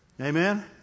Amen